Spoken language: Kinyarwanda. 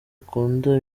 akunda